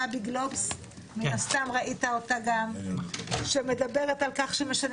ב"גלובס" מן הסתם ראית אותה גם שמדברת על-כך שמשנים